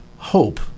hope